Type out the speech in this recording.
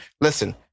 Listen